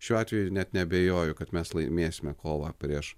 šiuo atveju net neabejoju kad mes laimėsime kovą prieš